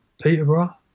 Peterborough